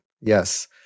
Yes